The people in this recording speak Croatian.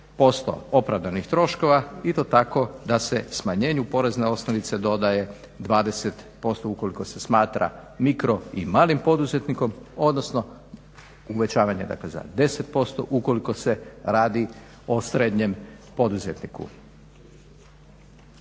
do 80% opravdanih troškova i to tako da se smanjenju porezne osnovice dodaje 20% ukoliko se smatra mikro i malim poduzetnikom, odnosno uvećavanje dakle za 10% ukoliko se radi o srednjem poduzetniku.